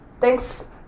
thanks